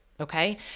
Okay